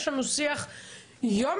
יש לנו שיח יום-יומי,